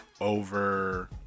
Over